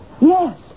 Yes